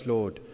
Lord